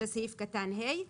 זה סעיף קטן (ה).